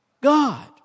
God